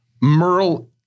Merle